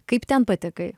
kaip ten patekai